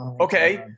okay